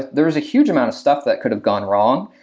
there is a huge amount of stuff that could've gone wrong,